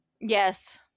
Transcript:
Yes